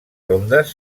rondes